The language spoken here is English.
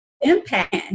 impact